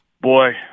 Boy